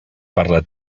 parla